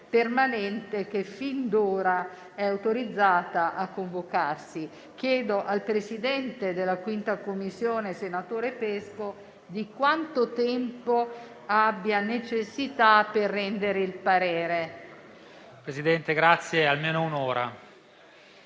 permanente che fin d'ora è autorizzata a convocarsi. Chiedo al Presidente della 5a Commissione, senatore Pesco, di quanto tempo abbia necessità per rendere il parere.